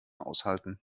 aushalten